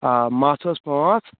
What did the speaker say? آ مژھ ٲس پانٛژھ